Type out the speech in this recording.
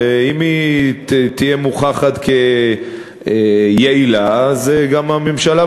ואם היא תוכח כיעילה גם הממשלה,